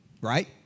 right